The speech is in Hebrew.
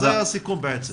זה היה הסיכום, בעצם.